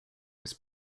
his